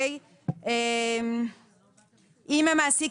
אם המעסיק,